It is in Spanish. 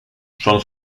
son